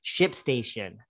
ShipStation